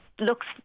looks